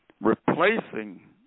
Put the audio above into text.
replacing